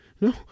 No